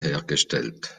hergestellt